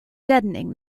deadening